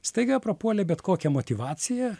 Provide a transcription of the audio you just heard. staiga prapuolė bet kokia motyvacija